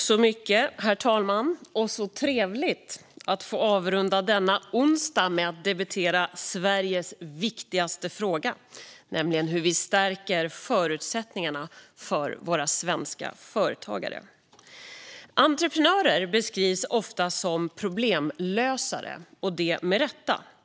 Herr talman! Så trevligt att få avrunda denna onsdag med att debattera Sveriges viktigaste fråga, nämligen hur vi stärker förutsättningarna för våra svenska företagare! Entreprenörer beskrivs ofta som problemlösare, och det med rätta.